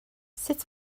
sut